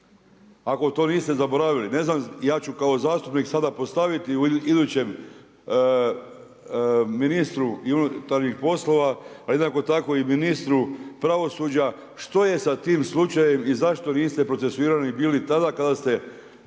ako to niste zaboravili. Ja ću sada kao zastupnik sada postaviti idućem ministru unutarnjih poslova, a jednako tako i ministru pravosuđa, što je sa tim slučajem i zašto niste bili procesuirani tada kada ste